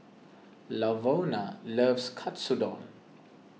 Lavona loves Katsudon